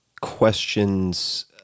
questions